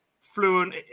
fluent